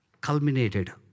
culminated